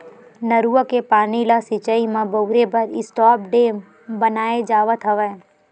नरूवा के पानी ल सिचई म बउरे बर स्टॉप डेम बनाए जावत हवय